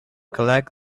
collect